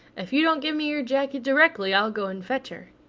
if you don't give me your jacket directly, i'll go and fetch her.